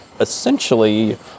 essentially